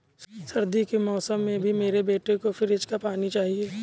सर्दी के मौसम में भी मेरे बेटे को फ्रिज का पानी चाहिए